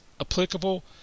applicable